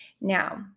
now